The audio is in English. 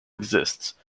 exists